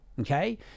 Okay